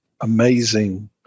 amazing